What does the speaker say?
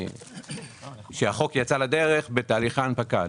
עת החוק יצא לדרך, בתהליך ההנפקה.